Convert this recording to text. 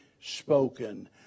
spoken